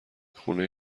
خونه